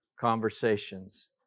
conversations